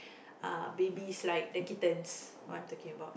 uh babies like the kittens the one I talking about